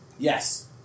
Yes